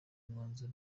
umwanya